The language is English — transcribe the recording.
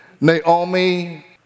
Naomi